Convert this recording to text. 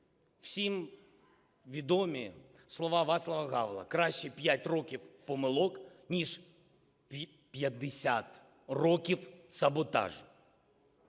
Всім відомі слова Вацлава Гавела: "Краще п'ять років помилок, ніж 50 років саботажу".